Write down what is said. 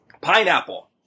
Pineapple